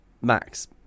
max